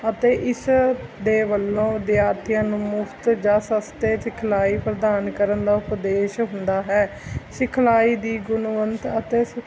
ਅਤੇ ਇਸ ਦੇ ਵੱਲੋਂ ਵਿਦਿਆਰਥੀਆਂ ਨੂੰ ਮੁਫਤ ਜਾਂ ਸਸਤੇ ਸਿਖਲਾਈ ਪ੍ਰਦਾਨ ਕਰਨ ਦਾ ਉਪਦੇਸ਼ ਹੁੰਦਾ ਹੈ ਸਿਖਲਾਈ ਦੀ ਗੁਣਵੰਤ ਅਤੇ ਸੁ